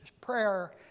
prayer